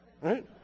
right